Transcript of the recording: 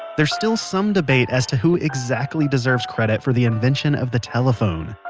there's still some debate as to who exactly deserves credit for the invention of the telephone.